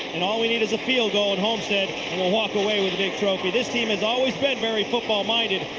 and all we need is a field goal at homestead and we'll walk away with a a big trophy. this team has always been very football minded.